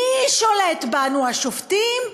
מי שולט בנו, השופטים?